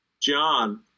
John